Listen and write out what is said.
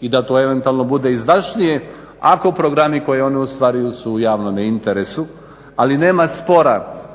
i dakle eventualno bude izdašnije ako programi koji oni ostvaruju su u javnome interesu ali nema spora